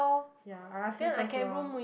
ya I ask him first lor